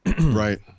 Right